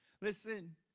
Listen